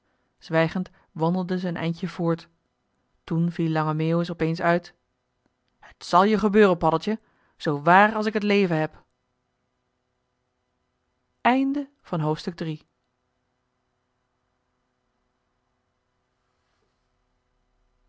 zwijgend wandelden ze een eindje voort toen viel lange meeuwis opeens uit t zal je gebeuren paddeltje zoowaar als ik het leven heb